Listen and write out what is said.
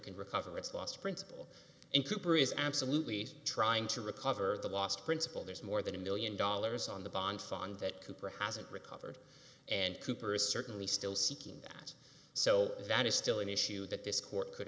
can recover it's lost principle and cooper is absolutely trying to recover the lost principal there's more than a million dollars on the bond fund that cooper hasn't recovered and cooper is certainly still seeking that so that is still an issue that this court could